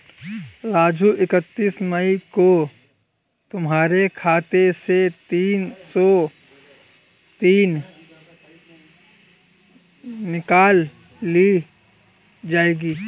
राजू इकतीस मई को तुम्हारे खाते से तीन सौ तीस निकाल ली जाएगी